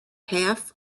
half